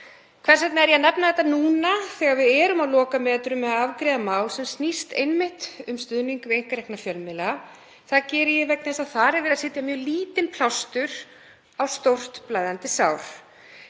Hvers vegna er ég að nefna þetta núna þegar við erum á lokametrunum við að afgreiða mál sem snýst einmitt um stuðning við einkarekna fjölmiðla? Það geri ég vegna þess að þar er verið að setja mjög lítinn plástur á stórt blæðandi sár.